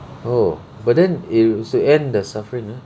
oh but then it was to end the suffering ah